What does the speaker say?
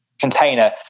container